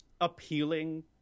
appealing